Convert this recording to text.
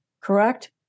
correct